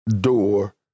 door